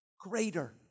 greater